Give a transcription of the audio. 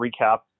recap